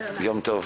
יום טוב.